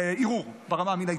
לערעור ברמה המינהלית.